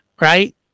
Right